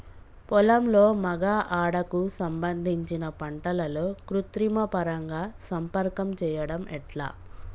పొలంలో మగ ఆడ కు సంబంధించిన పంటలలో కృత్రిమ పరంగా సంపర్కం చెయ్యడం ఎట్ల?